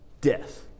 death